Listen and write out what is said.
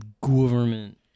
government